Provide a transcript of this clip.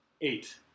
Eight